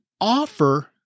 offer